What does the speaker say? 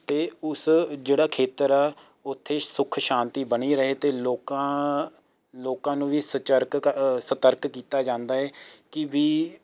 ਅਤੇ ਉਸ ਜਿਹੜਾ ਖੇਤਰ ਆ ਉੱਥੇ ਸੁੱਖ ਸ਼ਾਂਤੀ ਬਣੀ ਰਹੇ ਅਤੇ ਲੋਕਾਂ ਲੋਕਾਂ ਨੂੰ ਵੀ ਸਚਰਕ ਸਤਰਕ ਕੀਤਾ ਜਾਂਦਾ ਹੈ ਕਿ ਵੀ